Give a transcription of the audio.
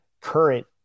current